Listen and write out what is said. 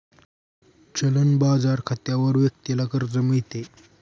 चलन बाजार खात्यावर व्यक्तीला कर्ज मिळते